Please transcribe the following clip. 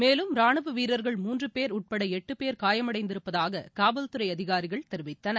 மேலும் ரானுவவீரர்கள் மூன்றுபேர் உட்படளட்டுபேர் காயமடைந்திருப்பதாககாவல்துறைஅதிகாரிகள் தெரிவித்தனர்